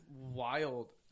wild